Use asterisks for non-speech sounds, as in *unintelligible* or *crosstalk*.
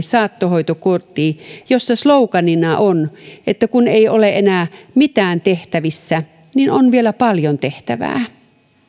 *unintelligible* saattohoitokoti jossa sloganina on kun ei ole enää mitään tehtävissä on vielä paljon tekemistä